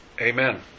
Amen